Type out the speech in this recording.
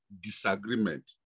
disagreement